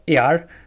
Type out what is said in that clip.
AR